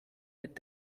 mit